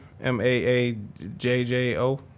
M-A-A-J-J-O